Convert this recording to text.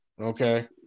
okay